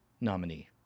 nominee